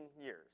years